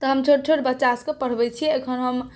तऽ हम छोट छोट बच्चासबके पढ़बै छिए एखन हम